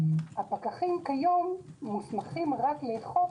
הפקחים כיום מוסמכים רק לאכוף,